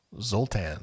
Zoltan